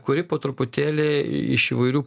kuri po truputėlį iš įvairių